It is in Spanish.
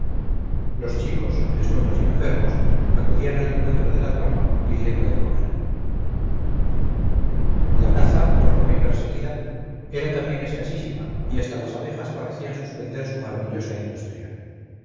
los chicos desnudos y enfermos acudían al encuentro de la tropa pidiendo de comer la caza por lo muy perseguida era también escasísima y hasta las abejas parecían suspender su maravillosa industria